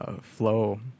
flow